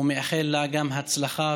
ומאחל גם לה הצלחה,